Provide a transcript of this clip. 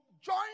join